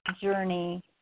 journey